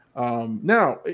Now